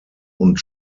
und